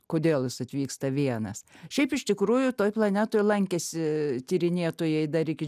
kodėl jis atvyksta vienas šiaip iš tikrųjų toj planetoj lankėsi tyrinėtojai dar iki